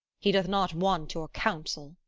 he doth not want your counsel,